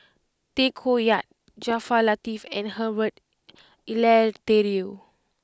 Tay Koh Yat Jaafar Latiff and Herbert Eleuterio